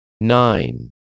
Nine